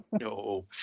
No